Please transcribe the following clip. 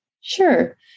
Sure